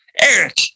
Eric